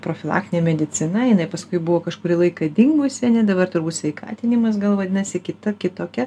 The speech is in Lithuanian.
profilaktinė medicina jinai paskui buvo kažkurį laiką dingusi ane dabar turbūt sveikatinimas gal vadinasi kita kitokia